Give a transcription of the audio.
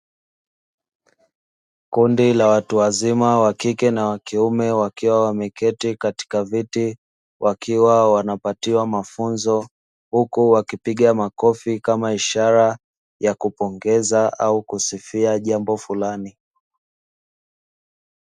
Kundi la watu wazima wa kike na wa kiume wakiwa wameketi katika viti wakiwa wanapatiwa mafunzo, huku wakipiga makofi kama ishara ya kupongeza au kusifia jambo fulani.